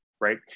right